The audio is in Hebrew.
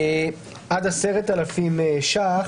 עד 10,000 שקלים.